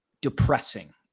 depressing